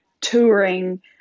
touring